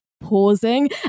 pausing